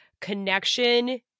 connection